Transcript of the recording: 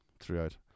throughout